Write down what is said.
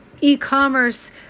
e-commerce